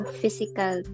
physical